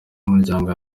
umuryango